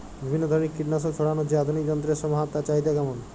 বিভিন্ন ধরনের কীটনাশক ছড়ানোর যে আধুনিক যন্ত্রের সমাহার তার চাহিদা কেমন?